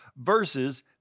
verses